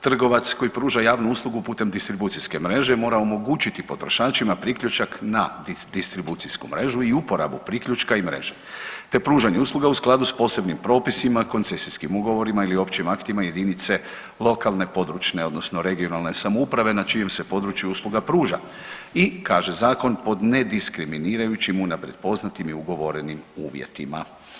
Trgovac koji pruža javnu uslugu putem distribucijske mreže mora omogućiti potrošačima priključak na distribucijsku mrežu i uporabu priključka i mreže te pružanje usluga u skladu s posebnim propisima, koncesijskim ugovorima ili općim aktima jedinice lokalne i područne (regionalne) samouprave na čijem se području usluga pruža i, kaže zakon, pod nediskriminirajućim, unaprijed poznatim i ugovorenim uvjetima.